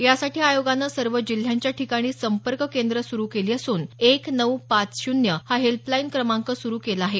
यासाठी आयोगानं सर्व जिल्ह्यांच्या ठिकाणी संपर्क केंद्रं सुरु केली असून एक नऊ पाच शून्य हा हेल्पलाईन क्रमांक सुरु केला आहे